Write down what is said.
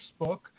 Facebook